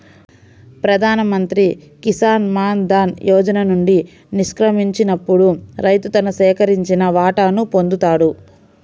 ప్రధాన్ మంత్రి కిసాన్ మాన్ ధన్ యోజన నుండి నిష్క్రమించినప్పుడు రైతు తన సేకరించిన వాటాను పొందుతాడు